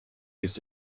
used